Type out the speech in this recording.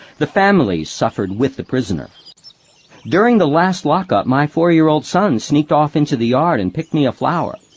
the families suffered with the prisoner during the last lock-up my four-year-old son sneaked off into the yard and picked me a flower.